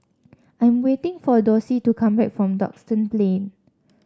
I am waiting for Dossie to come back from Duxton Plain